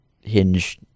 hinge